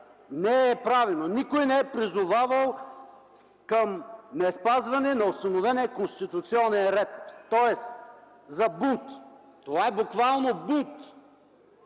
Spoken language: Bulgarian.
не е правено. Никой не е призовавал към неспазване на установения конституционен ред, тоест за бунт. Това буквално е